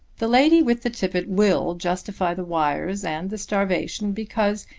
the lady with the tippet will justify the wires and the starvation because,